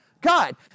God